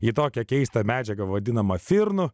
į tokią keistą medžiagą vadinamą firnu